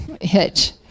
hitch